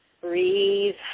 breathe